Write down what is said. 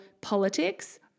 politics